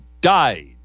died